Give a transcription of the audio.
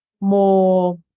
more